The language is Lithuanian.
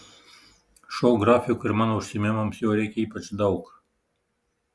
šou grafikui ir mano užsiėmimams jo reikia ypač daug